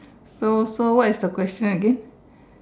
so so what is the crest and you